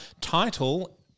title